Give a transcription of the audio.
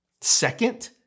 Second